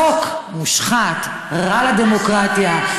חוק מושחת, רע לדמוקרטיה.